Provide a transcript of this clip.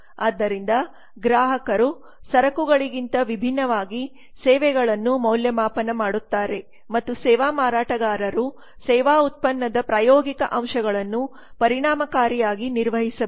ಆದ್ದರಿಂದ ಗ್ರಾಹಕರು ಸರಕುಗಳಿಗಿಂತ ವಿಭಿನ್ನವಾಗಿ ಸೇವೆಗಳನ್ನು ಮೌಲ್ಯಮಾಪನ ಮಾಡುತ್ತಾರೆ ಮತ್ತು ಸೇವಾ ಮಾರಾಟಗಾರರು ಸೇವಾ ಉತ್ಪನ್ನದ ಪ್ರಾಯೋಗಿಕ ಅಂಶಗಳನ್ನು ಪರಿಣಾಮಕಾರಿಯಾಗಿ ನಿರ್ವಹಿಸಬೇಕು